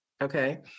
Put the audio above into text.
okay